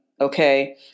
Okay